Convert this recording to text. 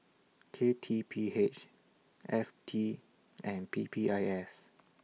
K T P H F T and P P I S